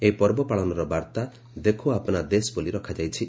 ଏହି ପର୍ବ ପାଳନର ବାର୍ତ୍ତା 'ଦେଖୋ ଆପନା ଦେଶ' ବୋଲି ରଖାଯାଇଛି